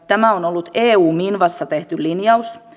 tämä on ollut eu minvassa tehty linjaus